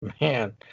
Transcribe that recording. Man